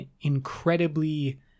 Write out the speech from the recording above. incredibly